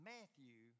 Matthew